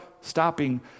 stopping